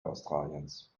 australiens